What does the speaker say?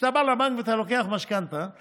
כשאתה בא לבנק ולוקח משכנתה,